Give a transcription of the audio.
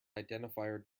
identifier